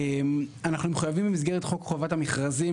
אנחנו מחויבים במסגרת חוק חובת המכרזים,